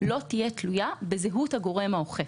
לא תהיה תלויה בזהות הגורם האוכף.